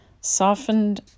softened